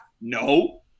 No